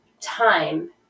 time